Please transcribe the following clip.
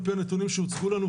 על פי הנתונים שהוצגו לנו,